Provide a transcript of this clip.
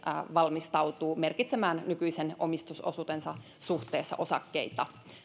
valmistautuu merkitsemään nykyisen omistusosuutensa suhteessa osakkeita